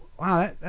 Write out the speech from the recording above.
wow